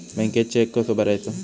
बँकेत चेक कसो भरायचो?